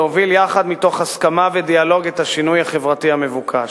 ולהוביל יחד מתוך הסכמה ודיאלוג את השינוי החברתי המבוקש.